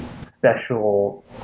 special